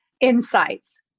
insights